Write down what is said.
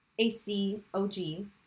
ACOG